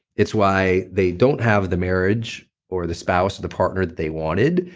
it's why they don't have the marriage or the spouse, the partner that they wanted,